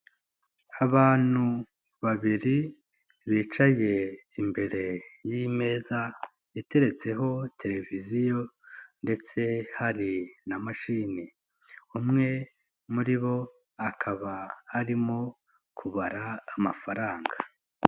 Abantu babiri bicaye imbere y'imeza iteretseho televiziyo ndetse hari na mashini, umwe muri bo akaba arimo kubara amafaranga.